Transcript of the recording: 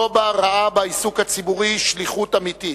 לובה ראה בעיסוק הציבורי שליחות אמיתית.